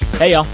hey, y'all.